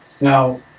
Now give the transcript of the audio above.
Now